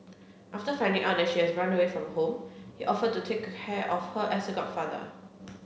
after finding out that she had run away from home he offered to take care of her as her godfather